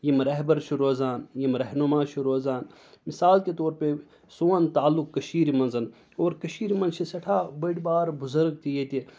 یِم رہبر چھِ روزان یِم رہنما چھِ روزان مِثال کے طور پے سون تعلُق کٔشیٖرِ منٛز اور کٔشیٖرِ منٛز چھِ سٮ۪ٹھاہ بٔڑۍ بارٕ بُزرگ تہِ ییٚتہِ